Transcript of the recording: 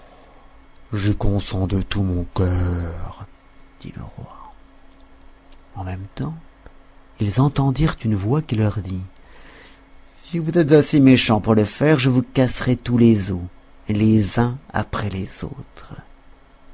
j'y consens de tout mon cœur dit le roi en même temps ils entendirent une voix qui leur dit si vous êtes assez méchants pour le faire je vous casserai tous les os les uns après les autres